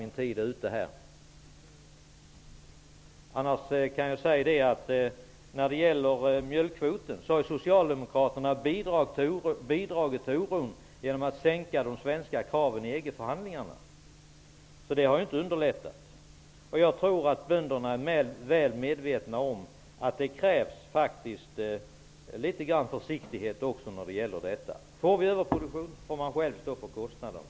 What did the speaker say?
När det gäller mjölkkvoten har Socialdemokraterna bidragit till oron genom att sänka de svenska kraven i EG-förhandlingarna. Det har inte underlättat. Jag tror att bönderna är väl medvetna om att det faktiskt krävs litet försiktighet när det gäller detta. Blir det överproduktion får man själv stå för kostnaderna.